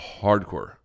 Hardcore